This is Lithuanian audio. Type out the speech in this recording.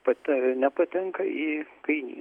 pate nepatenka į kainy